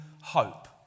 hope